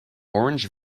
orange